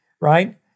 right